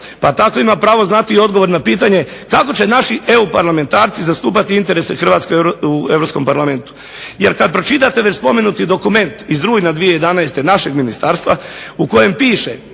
Pa tako ima pravo znati odgovor na pitanje, kako će naši EU parlamentarci zastupati interese Hrvatske u europskom parlamentu? Jer kada već pročitate spomenuti dokument iz rujna 2011. našeg ministarstva u kojem piše